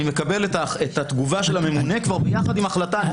אני מקבל את התגובה של הממונה כבר ביחד עם ההחלטה.